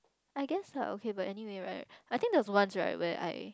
I guess lah okay but anyway right I think there was once where I